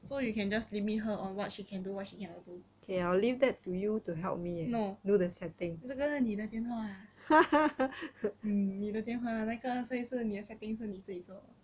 so you can just limit her on what she can do what she cannot do no 这个是你的的电话 eh mm 你的电话那个所以是你的 setting 是你自己做